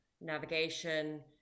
navigation